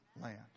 land